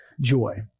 joy